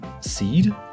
seed